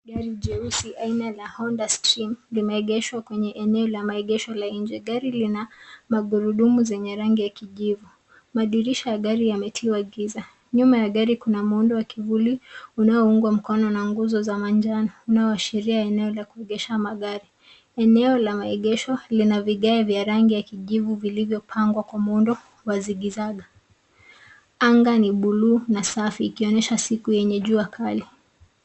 Gari jeusi aina la Honda stream limeegeshwa kwenye eneo la maegesho la nje. Gari lina magurudumu zenye rangi ya kijivu. Madirisha ya gari yametiwa giza. Nyuma ya gari kuna muundo wa kivuli unaoungwa mkono na nguzo za manjano unaoashiria eneo la kuegesha magari. Eneo la egesho lina vigae vya rangi ya kijivu vilivyo pangwa kwa muundo wa zigizaga. Anga ni buluu na safi ikionyesha siku enye jua kali.